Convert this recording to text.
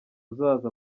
uzaza